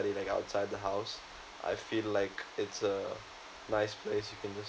studying outside the house I feel like it's a nice place you can just